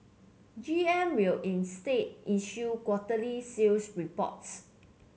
G M will instead issue quarterly sales reports